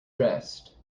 dressed